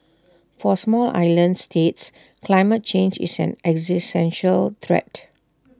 for small islands states climate change is an existential threat